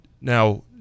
now